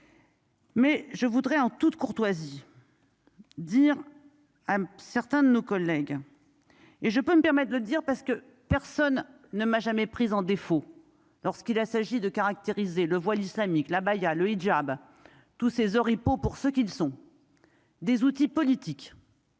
Mais je voudrais en toute courtoisie dire à certains de nos collègues et je peux me permettre de dire parce que personne ne m'a jamais prise en défaut lorsqu'il s'agit de caractériser le voile islamique la le hidjab tous ces oripeaux pour ce qu'ils sont des outils politiques.